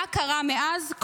מה קרה מאז?